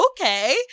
okay